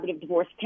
Divorce